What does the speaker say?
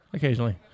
Occasionally